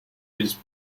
these